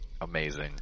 Amazing